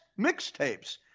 mixtapes